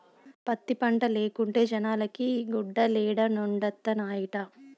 పత్తి పంటే లేకుంటే జనాలకి గుడ్డలేడనొండత్తనాయిట